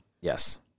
Yes